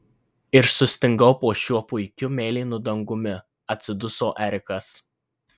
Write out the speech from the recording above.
ir sustingau po šiuo puikiu mėlynu dangumi atsiduso erikas